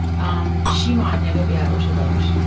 um she might never be able to vote.